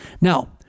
Now